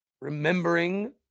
remembering